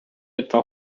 etwa